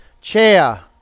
Chair